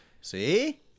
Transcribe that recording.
See